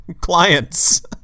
Clients